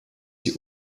die